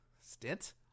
Stint